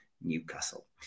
newcastle